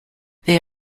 they